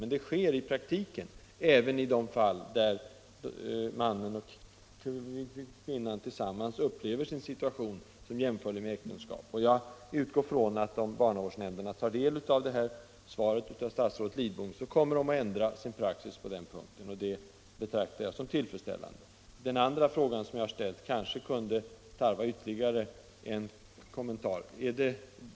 Men de ställs i praktiken, även i de fall då mannen och kvinnan tillsammans upplever sin situation som jämförlig med äktenskap. Jag utgår från att om barnavårdsnämnderna tar del av detta svar av statsrådet Lidbom, så kommer de att ändra sin praxis på den punkten, och det betraktar jag som tillfredsställande. Den andra frågan som jag har ställt kanske kunde tarva ytterligare en kommentar.